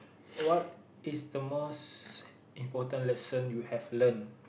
what is the most important lesson you have learn